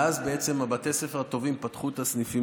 ואז בעצם בתי הספר הטובים פתחו את הסניפים